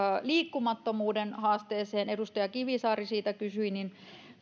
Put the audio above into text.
liikkumattomuuden haasteeseen edustaja kivisaari siitä kysyi